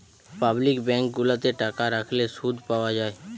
public bank গুলাতে টাকা রাখলে শুধ পাওয়া যায়